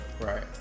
Right